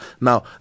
Now